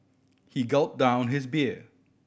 he gulped down his beer